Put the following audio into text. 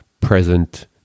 present